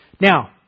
Now